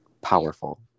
Powerful